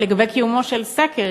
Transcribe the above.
לגבי קיומו של סקר,